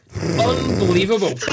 Unbelievable